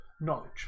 knowledge